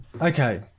Okay